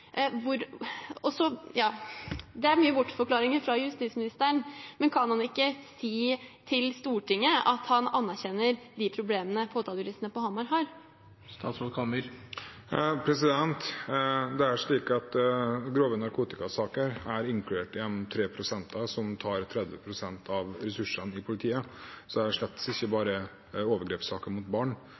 Det er mye bortforklaringer fra justisministeren. Kan han ikke si til Stortinget at han anerkjenner de problemene påtalejuristene på Hamar har? Grove narkotikasaker er inkludert i de tre prosentene som tar 30 pst. av ressursene i politiet, så det er slett ikke bare overgrepssaker som gjelder barn.